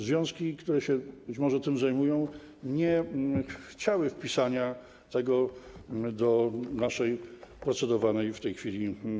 Związki, które być może tym się zajmują, nie chciały wpisania tego do naszej ustawy, procedowanej w tej chwili.